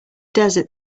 desert